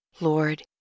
Lord